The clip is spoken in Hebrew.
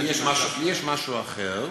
לי יש משהו אחר.